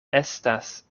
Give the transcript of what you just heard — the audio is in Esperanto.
estas